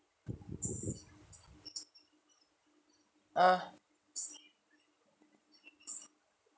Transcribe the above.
uh